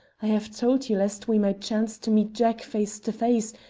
i have told you lest we might chance to meet jack face to face,